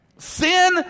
Sin